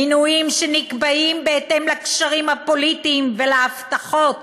מינויים שנקבעים בהתאם לקשרים הפוליטיים ולהבטחות,